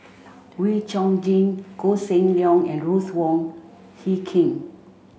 Wee Chong Jin Koh Seng Leong and Ruth Wong Hie King